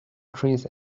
trees